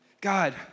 God